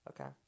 Okay